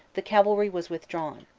the cavalry was withdrawn.